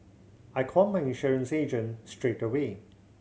I called my insurance agent straight away